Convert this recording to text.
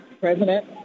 president